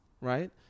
right